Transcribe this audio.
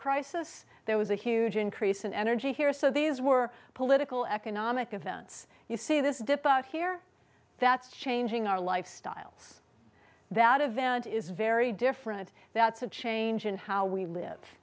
crisis there was a huge increase in energy here so these were political economic events you see this dip out here that's changing our lifestyles that event is very different that's a change in how we live